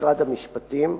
במשרד המשפטים,